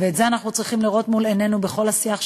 ואת זה אנחנו צריכים לראות מול עינינו בכל השיח שלנו,